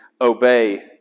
obey